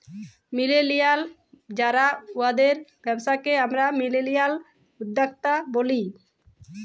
millennial যারা উয়াদের ব্যবসাকে আমরা মিলেলিয়াল উদ্যক্তা ব্যলি